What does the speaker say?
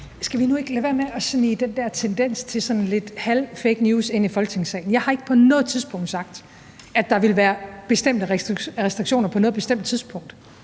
Skal vi nu ikke lade være med at smide den der tendens til sådan lidt halv-fake news ind i Folketingssalen. Jeg har ikke på noget tidspunkt sagt, at der ville være bestemte restriktioner på noget bestemt tidspunkt.